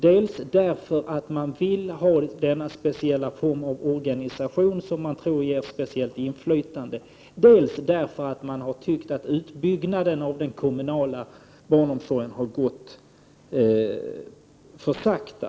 Dels därför att man vill ha denna speciella form av organisation som man tror ger speciellt inflytande, dels därför att man har tyckt att utbyggnaden av den kommunala barnomsorgen har gått för sakta.